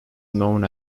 known